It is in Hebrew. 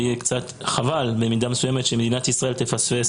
יהיה חבל במידה מסוימת שמדינת ישראל תפספס